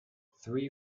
three